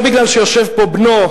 לא מפני שיושב פה בנו,